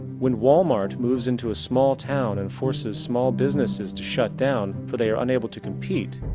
when walmart moves into a small town and forces small businesses to shut down for they are unable to compete,